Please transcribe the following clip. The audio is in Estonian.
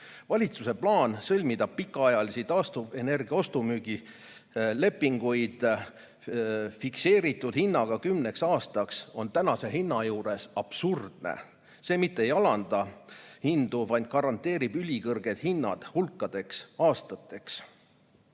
Valitsuse plaan sõlmida pikaajalisi taastuvenergia ostu-müügi lepinguid fikseeritud hinnaga kümneks aastaks on tänase hinna juures absurdne. See mitte ei alanda hindu, vaid garanteerib ülikõrged hinnad hulgaks aastateks. See,